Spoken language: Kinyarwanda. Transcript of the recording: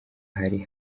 hari